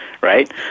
right